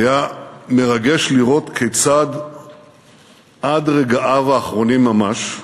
היה מרגש לראות כיצד עד רגעיו האחרונים ממש,